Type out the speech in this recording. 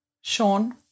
sean